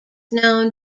known